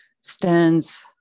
stands